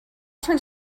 turns